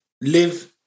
live